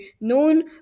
known